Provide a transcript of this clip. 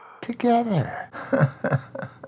together